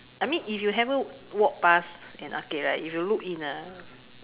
I mean if you happen walk pass an arcade right if you look in ah